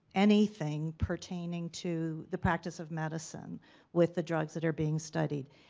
anything pertaining to the practice of medicine with the drugs that are being studied?